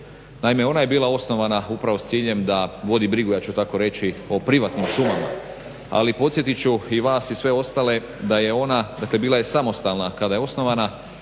Naime, ona je bila osnovana upravo s ciljem da vodi brigu, ja ću tako reći, o privatnim šumama ali podsjetit ću i vas i sve ostale da je ona, dakle bila je samostalna kada je osnovana,